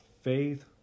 faith